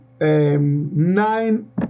Nine